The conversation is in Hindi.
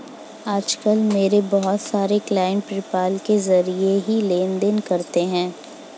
आज कल मेरे बहुत सारे क्लाइंट पेपाल के जरिये ही लेन देन करते है